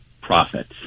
profits